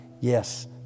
yes